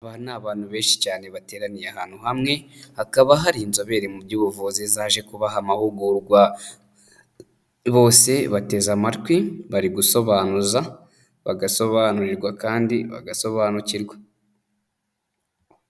Aba ni abantu benshi cyane bateraniye ahantu hamwe, hakaba hari inzobere mu by'ubuvuzi zaje kubaha amahugurwa. Bose bateze amatwi, bari gusobanuza, bagasobanurirwa kandi bagasobanukirwa.